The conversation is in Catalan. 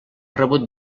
rebut